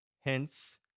hence